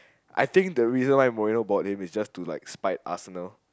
I think the reason Marina why bought him is just to like spite us you know